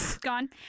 gone